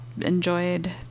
enjoyed